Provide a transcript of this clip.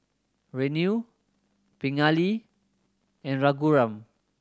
Renu Pingali and Raghuram